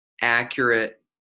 accurate